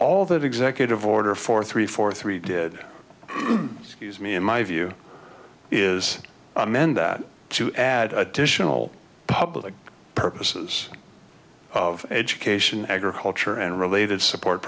all that executive order four three four three did me in my view is amend that to add additional public purposes of education agriculture and related support